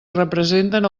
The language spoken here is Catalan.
representen